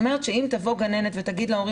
זאת אומרת שתבוא גננת ותגיד להורים: